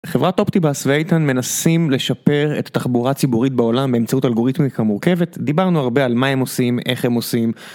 חברת אופטיבס ואיתן מנסים לשפר את התחבורה הציבורית בעולם באמצעות אלגוריתמיקה מורכבת, דיברנו הרבה על מה הם עושים, איך הם עושים